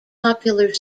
popular